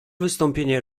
wystąpienie